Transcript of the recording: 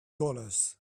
dollars